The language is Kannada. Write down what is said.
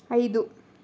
ಐದು